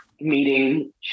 meeting